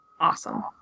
Awesome